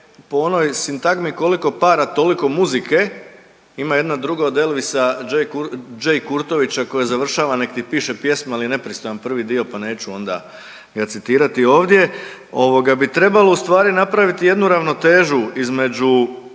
po onoj sintagmi koliko para toliko muzike ima jedna druga od Elvisa J. Kurtovića koji završava, nek ti piše pjesma, ali je nepristojan prvi dio pa neću onda ga citirati ovdje, bi trebalo ustvari napraviti jednu ravnotežu između